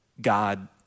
God